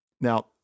Now